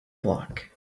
flock